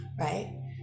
right